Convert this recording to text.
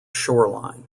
shoreline